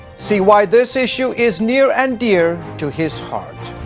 see why this issue is near and dear to his heart.